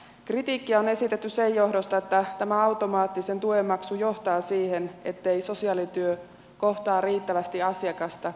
kritiikkiä on esitetty sen johdosta että tämä automaattinen tuen maksu johtaa siihen ettei sosiaalityö kohtaa riittävästi asiakasta